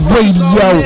Radio